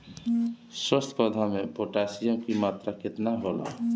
स्वस्थ पौधा मे पोटासियम कि मात्रा कितना होला?